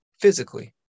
physically